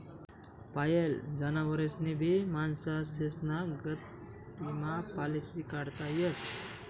पायेल जनावरेस्नी भी माणसेस्ना गत ईमा पालिसी काढता येस